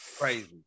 crazy